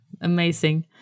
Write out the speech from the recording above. Amazing